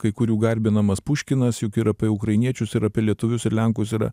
kai kurių garbinamas puškinas juk ir apie ukrainiečius ir apie lietuvius ir lenkus yra